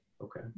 Okay